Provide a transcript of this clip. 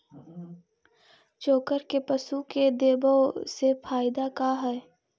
चोकर के पशु के देबौ से फायदा का है?